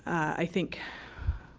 i think,